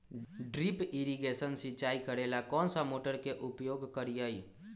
Drip irrigation सिंचाई करेला कौन सा मोटर के उपयोग करियई?